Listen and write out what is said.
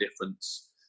difference